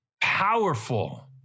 powerful